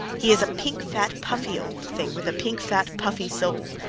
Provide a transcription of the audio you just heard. he is a pink, fat, puffy old thing, with a pink, fat, puffy soul.